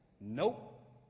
Nope